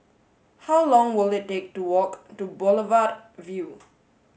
how long will it take to walk to Boulevard Vue